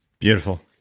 beautiful.